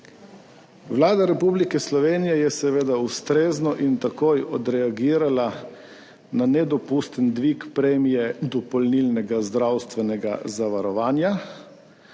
Vlada Republike Slovenije je seveda ustrezno in takoj odreagirala na nedopusten dvig premije dopolnilnega zdravstvenega zavarovanja.